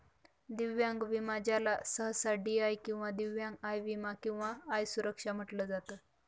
दिव्यांग विमा ज्याला सहसा डी.आय किंवा दिव्यांग आय विमा किंवा आय सुरक्षा म्हटलं जात